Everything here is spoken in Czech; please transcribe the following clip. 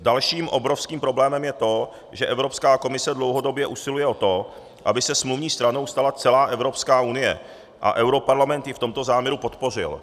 Dalším obrovským problémem je to, že Evropská komise dlouhodobě usiluje o to, aby se smluvní stranou stala celá Evropská unie, a europarlament ji v tomto záměru podpořil.